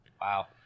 Wow